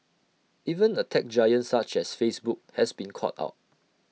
even A tech giant such as Facebook has been caught out